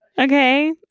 Okay